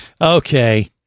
Okay